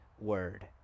Word